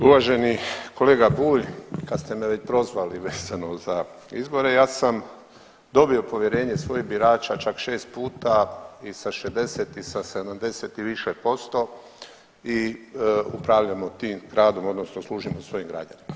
Uvaženi kolega Bulj kad ste me već prozvali vezano za izbore, ja sam dobio povjerenje svojih birača čak 6 puta i sa 60 i sa 70 i više posto i upravljamo tim radom odnosno služimo svojim građanima.